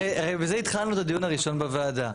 הרי בזה התחלנו את הדיון הראשון בוועדה.